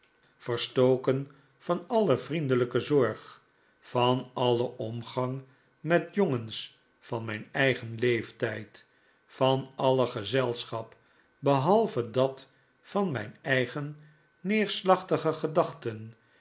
verstoken van alle vriendeiijke zorg van alien omgang met jongens van mijn eigen leeftijd van alle gezelschap behalve dat van mijn eigen neerslachtige gedachten